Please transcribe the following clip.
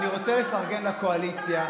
אני רוצה לפרגן לקואליציה,